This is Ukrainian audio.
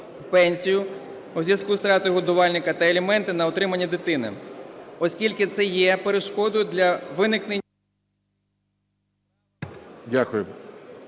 Дякую.